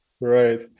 Right